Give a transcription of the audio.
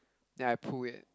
then I pull it